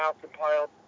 compiled